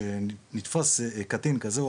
ושנתפס קטין כזה,